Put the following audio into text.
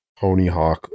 Ponyhawk